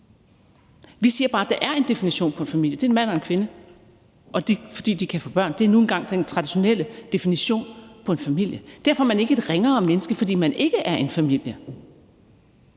Vi siger bare, at der er en definition på en familie, og det er en mand og en kvinde, fordi de kan få børn, og det er nu engang den traditionelle definition på en familie. Derfor er man ikke et ringere menneske, fordi man ikke er en familie.